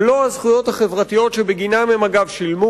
מלוא הזכויות החברתיות שבגינן הם שילמו.